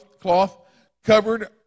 cloth-covered